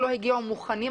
לא הגיעו מוכנים.